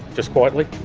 just quietly.